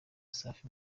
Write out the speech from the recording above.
safi